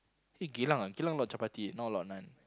eh Geylang ah Geylang a lot of chapati not a lot of naan